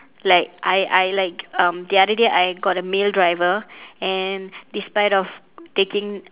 like I I like um the other day I got a male driver and despite of taking